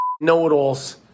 know-it-alls